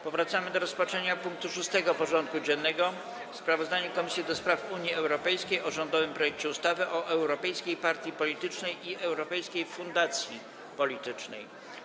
Powracamy do rozpatrzenia punktu 6. porządku dziennego: Sprawozdanie Komisji do Spraw Unii Europejskiej o rządowym projekcie ustawy o europejskiej partii politycznej i europejskiej fundacji politycznej.